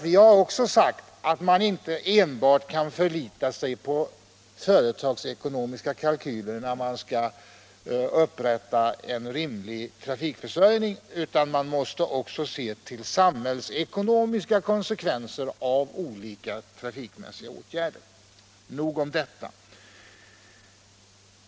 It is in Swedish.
Vi har också sagt att man inte enbart kan förlita sig på företagsekonomiska kalkyler när man skall upprätthålla en rimlig trafikförsörjning, utan man måste också se till samhällsekonomiska konsekvenser av olika trafikmässiga åtgärder. Nog om detta.